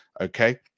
okay